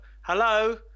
Hello